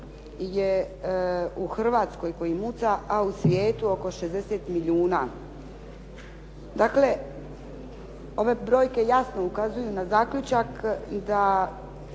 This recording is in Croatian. ljudi je u Hrvatskoj koji muca, a u svijetu oko 60 milijuna. Dakle, ove brojke jasno ukazuju na zaključak da